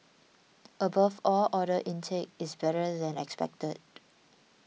above all order intake is better than expected